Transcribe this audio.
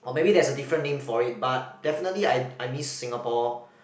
or maybe there's a different name for it but definitely I I miss Singapore